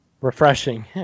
refreshing